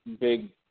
big –